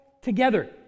Together